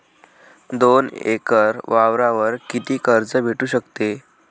दोन एकर वावरावर कितीक कर्ज भेटू शकते?